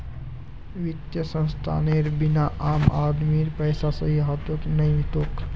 वित्तीय संस्थानेर बिना आम आदमीर पैसा सही हाथत नइ ह तोक